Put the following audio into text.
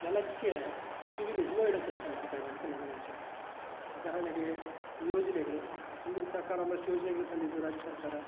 ಜನಕ್ಕೆ ಕಿವೀಲಿ ಹೂವು ಇಡೋ ಕೆಲಸ ಮಾಡ್ತಾಯಿದೆ ಅಂತ ನನಗನ್ಸುತ್ತೆ ಉದಾಹರಣೆಗೆ ಯೋಜನೆಗಳು ಹಿಂದಿನ ಸರ್ಕಾರ ಒಂದಷ್ಟು ಯೋಜನೆಗಳು ತಂದಿತ್ತು ರಾಜ್ಯ ಸರ್ಕಾರ